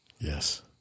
Yes